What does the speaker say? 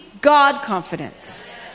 God-confidence